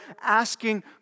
asking